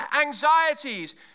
anxieties